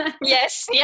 Yes